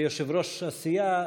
ליושב-ראש הסיעה.